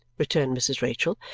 returned mrs. rachael,